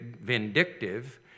vindictive